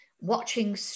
watching